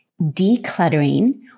decluttering